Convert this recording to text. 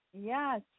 Yes